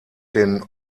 den